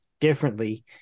differently